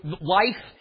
life